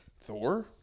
Thor